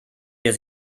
wir